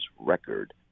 record